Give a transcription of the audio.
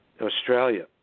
Australia